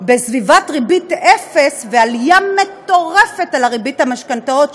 בסביבת ריבית אפס ועלייה מטורפת של ריבית המשכנתאות,